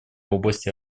области